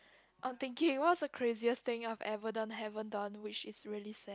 I'm thinking what's the craziest thing I have ever done haven't done which is really sad